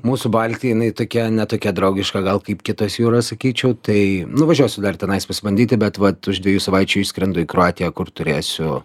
mūsų baltija jinai tokia ne tokia draugiška gal kaip kitos jūra sakyčiau tai nuvažiuosiu dar tenais pasibandyti bet vat už dviejų savaičių išskrendu į kroatiją kur turėsiu